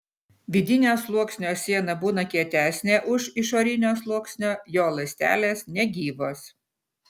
vidinio sluoksnio siena būna kietesnė už išorinio sluoksnio jo ląstelės negyvos